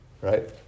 right